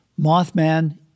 Mothman